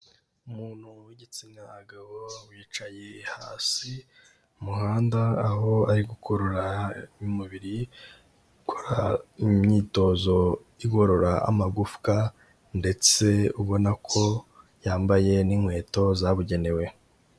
Umuntu w'igitsina gabo wicaye hasi mu muhanda, aho ari gukurura umubiri akorab imyitozo igorora amagufwa ndetse ubona ko yambaye n'inkweto zabugenewe.